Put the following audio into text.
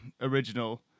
original